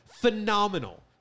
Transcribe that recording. Phenomenal